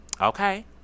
Okay